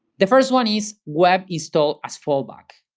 the first one is web install as fallback.